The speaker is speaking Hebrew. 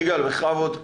יגאל כוחלני, בכבוד.